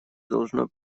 должно